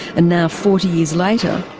and now, forty years later,